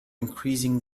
increasing